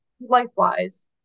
life-wise